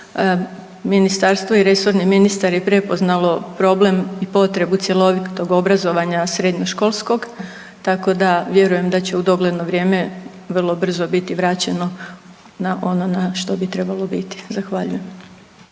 Ministarstvo i resorni ministar je prepoznalo problem i potrebu cjelovitog obrazovanja srednjoškolskog, tako da vjerujem da će u dogledno vrijeme vrlo biti vraćeno na ono na što bi trebalo biti. Zahvaljujem.